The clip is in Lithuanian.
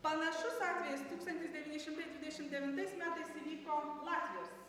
panašus atvejis tūkstantis devyni šimtai dvidešim devintais metais įvyko latvijos